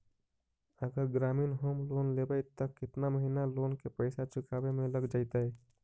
अगर ग्रामीण home loan लेबै त केतना महिना लोन के पैसा चुकावे में लग जैतै?